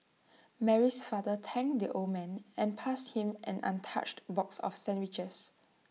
Mary's father thanked the old man and passed him an untouched box of sandwiches